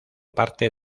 parte